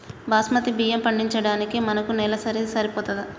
బాస్మతి బియ్యం పండించడానికి మన నేల సరిపోతదా?